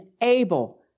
able